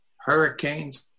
Hurricanes